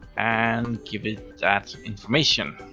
and give it that information.